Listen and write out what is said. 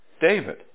David